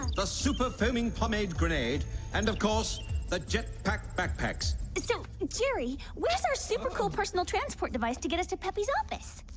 the super firming pomade grenade and of course the jet pack backpacks don't so carry where's our super cool personal transport device to get it to pepe's office?